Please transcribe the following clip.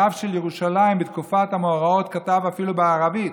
הרב של ירושלים בתקופת המאורעות, כתב אפילו בערבית